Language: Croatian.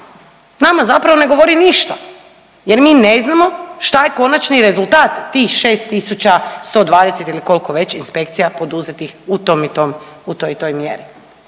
nama zapravo ne govori ništa jer mi ne znamo šta je konačni rezultat tih 6.120 ili kolko već inspekcija poduzetih u toj i toj mjeri.